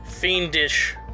Fiendish